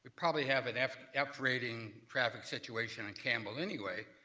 probably have and have an f-rating traffic situation in campbell anyway.